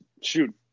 shoot